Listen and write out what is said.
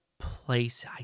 place